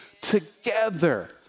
Together